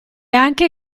anche